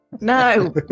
No